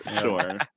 Sure